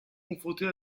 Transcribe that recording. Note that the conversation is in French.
confrontés